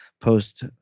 post